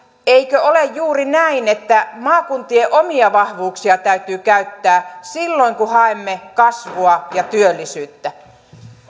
eikö ole juuri näin että maakuntien omia vahvuuksia täytyy käyttää silloin kun haemme kasvua ja työllisyyttä